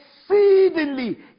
exceedingly